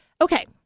Okay